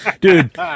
Dude